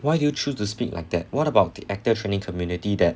why do you choose to speak like that what about the actor training community that